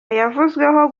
yavuzweho